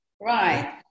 Right